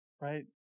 right